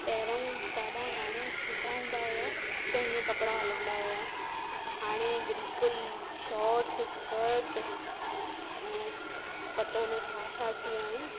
पहिरियों ॾाढा माण्हू सिधा हूंदा हुआ त हीउ कपिड़ा हलंदा हुआ हाणे बिल्कुलु शोट्स स्कट ऐं पतो न छा छा अची विया आइन